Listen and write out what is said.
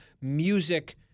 music